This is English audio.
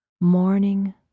Morning